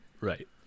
Right